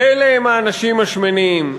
אלה האנשים השמנים,